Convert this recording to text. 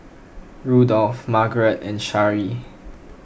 Rudolf Margarete and Sharee